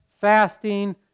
fasting